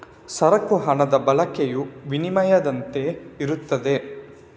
ಸರಕು ಹಣದ ಬಳಕೆಯು ವಿನಿಮಯದಂತೆಯೇ ಇರುತ್ತದೆ